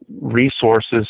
resources